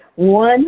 one